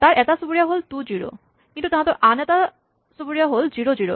তাৰ এটা চুবুৰীয়া হ'ল টু জিৰ' কিন্তু তাহাঁতৰ আন এটা হ'ল জিৰ' জিৰ'